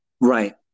Right